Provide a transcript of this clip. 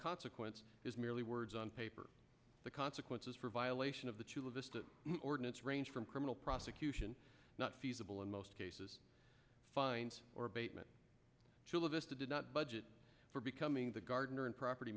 consequence is merely words on paper the consequences for violation of the chula vista ordinance range from criminal prosecution not feasible in most cases fines or abatement chillis to did not budget for becoming the gardener and property